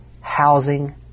housing